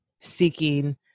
seeking